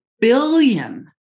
billion